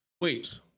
wait